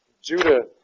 Judah